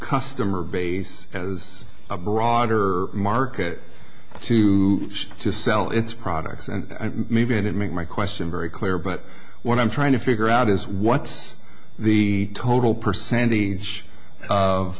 customer base as a broader market to to sell its products and maybe didn't make my question very clear but what i'm trying to figure out is what the total percentage of